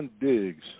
Diggs